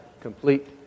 complete